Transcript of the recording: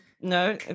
no